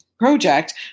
project